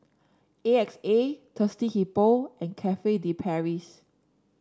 A X A Thirsty Hippo and Cafe De Paris